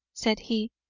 said he,